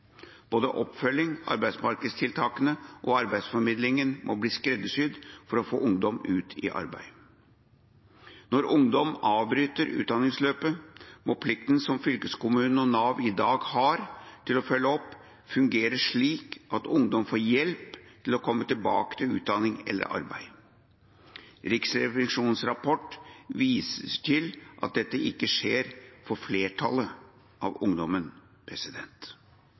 Både oppfølgingen, arbeidsmarkedstiltakene og arbeidsformidlingen må bli skreddersydd for å få ungdom ut i arbeid. Når ungdom avbryter utdanningsløpet, må plikten som fylkeskommunene og Nav i dag har til å følge opp, fungere slik at ungdom får hjelp til å komme tilbake til utdanning eller arbeid. Riksrevisjonens rapport viser til at dette ikke skjer for flertallet av ungdommen.